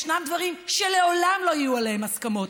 ישנם דברים שלעולם לא יהיו עליהם הסכמות.